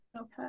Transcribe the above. okay